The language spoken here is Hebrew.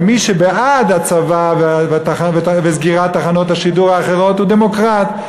ומי שבעד הצבא וסגירת תחנות השידור האחרות הוא דמוקרט.